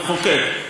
המחוקק.